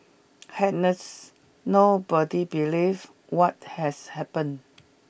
hence nobody believe what has happened